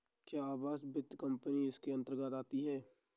क्या आवास वित्त कंपनी इसके अन्तर्गत आती है?